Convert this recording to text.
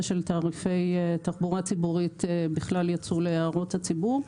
של תעריפי תחבורה ציבורית בכלל יצאו להערות הציבור.